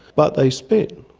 but they spin,